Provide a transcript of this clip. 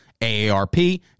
AARP